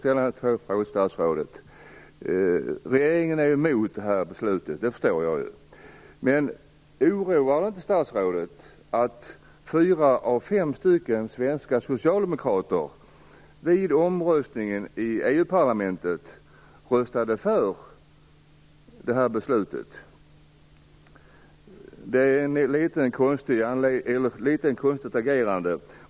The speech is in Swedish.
Jag förstår att regeringen är emot detta beslut. Oroar det inte statsrådet att fyra av fem svenska socialdemokrater vid omröstningen i EU-parlamentet röstade för beslutet? Det är ett litet konstigt agerande.